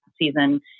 season